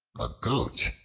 a goat,